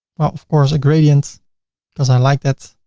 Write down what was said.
well, of course, a gradient because i like that.